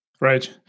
Right